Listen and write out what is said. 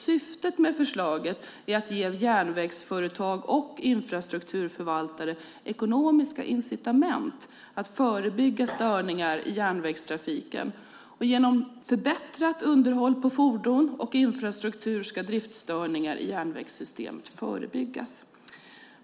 Syftet med förslaget är att ge järnvägsföretag och infrastrukturförvaltare ekonomiska incitament att förebygga störningar i järnvägstrafiken. Genom förbättrat underhåll på fordon och infrastruktur ska driftstörningar i järnvägssystemet förebyggas.